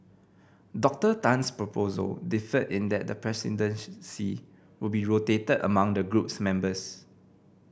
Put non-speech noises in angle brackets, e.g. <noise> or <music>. Moctor Tan's proposal differed in that the <unintelligible> will be rotated among the group's members